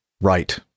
right